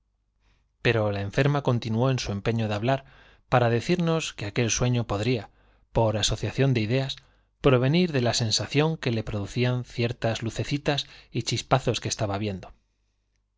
pero la enferma continuó en su empeño de hablar para decirnos que aquel sueño podría por asociación de ideas provenir de la sensación que le producían ciertas lucecitas y chispazos que estaba viendo